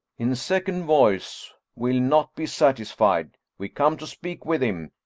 in second voice we'll not be satisfied we come to speak with him.